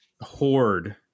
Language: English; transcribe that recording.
Horde